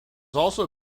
also